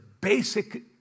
basic